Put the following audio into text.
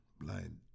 blind